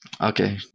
Okay